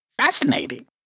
Fascinating